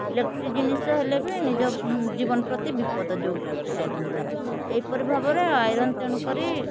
electric ଜିନିଷ ହେଲେ ବି ନିଜ ଜୀବନ ପ୍ରତି ବିପଦ ଯେଉଁଟା କି ଆଇରନ୍ ଦ୍ୱାରା ଏହିପରି ଭାବରେ ଆଇରନ୍ ତେଣୁକରି